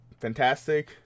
fantastic